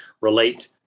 relate